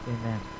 Amen